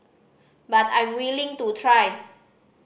but I'm willing to try